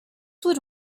would